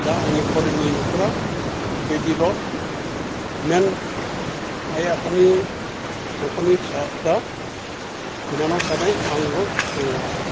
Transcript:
दा आंनि फरिलनि न'खरा बिबायदिल' मेन आइ आफानि न'खरनि फिसाफ्रा बिनानाव सानै आंल' दङ आरो